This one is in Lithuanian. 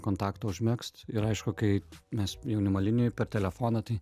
kontakto užmegzt ir aišku kaip mes jaunimo linijoj per telefoną tai